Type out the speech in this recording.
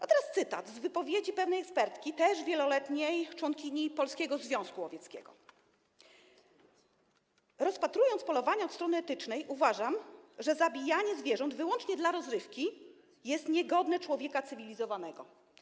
A teraz cytat z wypowiedzi pewnej ekspertki, wieloletniej członkini Polskiego Związku Łowieckiego: Rozpatrując polowanie od strony etycznej, uważam, że zabijanie zwierząt wyłącznie dla rozrywki jest niegodne człowieka cywilizowanego.